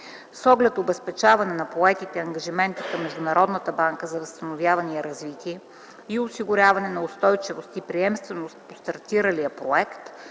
С оглед обезпечаване на поетите ангажименти към Международната банка за възстановяване и развитие и осигуряване на устойчивост и приемственост по стартиралия проект